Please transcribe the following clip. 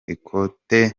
ikote